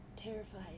Terrified